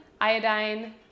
iodine